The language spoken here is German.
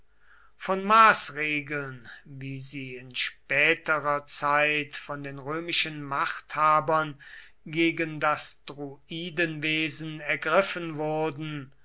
von maßregeln wie sie in späterer zeit von den römischen machthabern gegen das druidenwesen ergriffen wurden